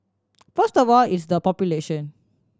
first of all it's the population